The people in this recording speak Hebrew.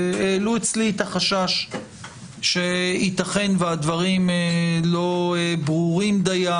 העלו אצלי את החשש שיתכן והדברים לא ברורים דיים,